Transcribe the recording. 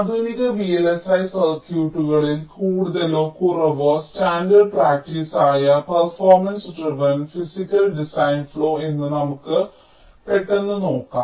ആധുനിക VLSI സർക്യൂട്ടുകളിൽ കൂടുതലോ കുറവോ സ്റ്റാൻഡേർഡ് പ്രാക്ടീസായ performance driven physical design flow എന്ന് നമുക്ക് പെട്ടെന്ന് നോക്കാം